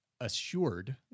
assured